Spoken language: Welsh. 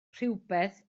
rhywbeth